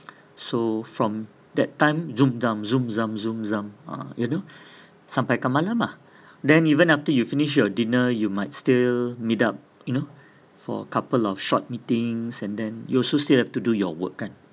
so from that time ah you know sampai ke malam ah then even after you finish your dinner you might still meet up you know for a couple of short meetings and then you also still have to do your work kan